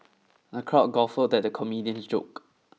the crowd guffawed at the comedian's joke